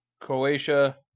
Croatia